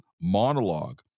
monologue